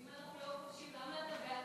אם אנחנו לא כובשים למה אתה בעד פתרון שתי המדינות?